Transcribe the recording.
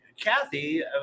kathy